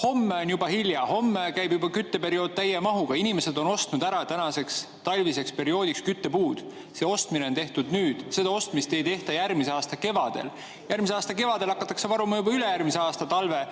Homme on juba hilja, homme käib kütteperiood juba täie [hooga]. Inimesed on selleks talviseks perioodiks küttepuud ära ostnud. See ostmine on tehtud nüüd, seda ostmist ei tehta järgmise aasta kevadel. Järgmise aasta kevadel hakatakse varuma juba ülejärgmise aasta talve